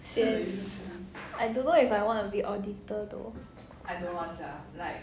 same I don't know if I want to be auditor though